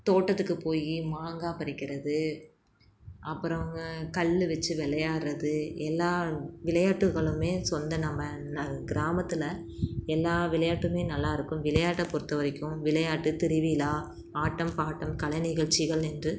தோட்டத்துக்கு போய் மாங்காய் பறிக்கிறது அப்புறம் அங்கே கல் வச்சு விளையாடுறது எல்லா விளையாட்டுகளுமே சொந்த நம்ம ந கிராமத்தில் எல்லா விளையாட்டுமே நல்லாயிருக்கும் விளையாட்டைப் பொறுத்த வரைக்கும் விளையாட்டு திருவிழா ஆட்டம் பாட்டம் கலை நிகழ்ச்சிகள் என்று